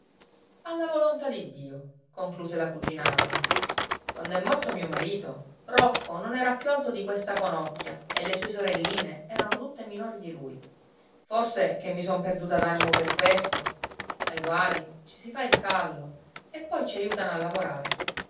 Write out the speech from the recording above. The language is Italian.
alla volontà di dio concluse la cugina anna quando è morto mio marito rocco non era più alto di questa conocchia e le sue sorelline erano tutte minori di lui forse che mi son perduta d'animo per questo ai guai ci si fa il callo e poi ci aiutan a lavorare